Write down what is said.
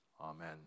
Amen